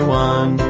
one